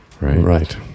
right